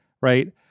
right